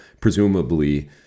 presumably